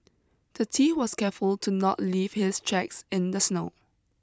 the tea was careful to not leave his tracks in the snow